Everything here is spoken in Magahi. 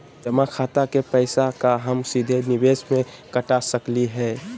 जमा खाता के पैसा का हम सीधे निवेस में कटा सकली हई?